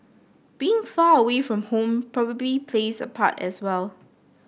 being far away from home probably plays a part as well